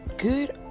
good